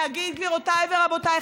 להגיד: גבירותיי ורבותיי,